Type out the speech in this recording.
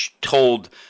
told –